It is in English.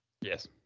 Yes